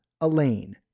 Elaine